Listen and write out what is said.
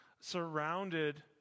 surrounded